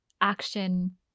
action